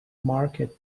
market